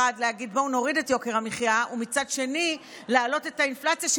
להגיד "בואו נוריד את יוקר המחיה" ומצד שני להעלות את האינפלציה,